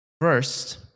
First